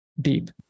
deep